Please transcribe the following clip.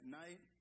night